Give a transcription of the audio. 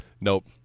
nope